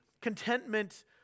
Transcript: contentment